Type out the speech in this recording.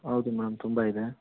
ಹೌದು ಮೇಡಮ್ ತುಂಬಾ ಇದೆ